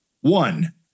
One